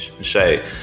Shay